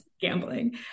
gambling